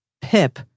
Pip